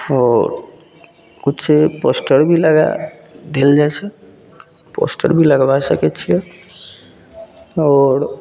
आओर किछु पोस्टर भी लगै देल जाइ छै पोस्टर भी लगबै सकै छिए आओर